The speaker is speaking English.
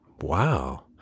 Wow